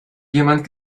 jemand